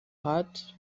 hat